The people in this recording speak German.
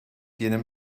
jenem